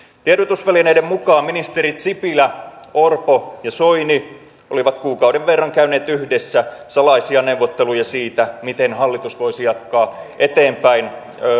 tiedotusvälineiden mukaan ministerit sipilä orpo ja soini olivat kuukauden verran käyneet yhdessä salaisia neuvotteluja siitä miten hallitus voisi jatkaa eteenpäin